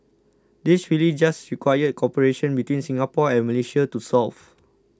these really just required cooperation between Singapore and Malaysia to solve